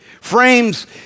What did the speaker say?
frames